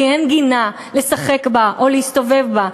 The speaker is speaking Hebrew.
כי אין גינה לשחק בה או להסתובב בה.